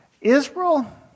Israel